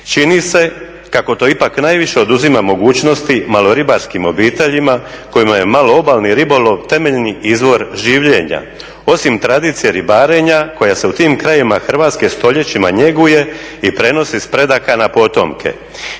Čini se kako to ipak najviše oduzima mogućnosti maloribarskim obiteljima kojima je maloobalni ribolov temeljni izvor življenja. Osim tradicije ribarenja koja se u tim krajevima Hrvatske stoljećima njeguje i prenosi s predaka na potomke.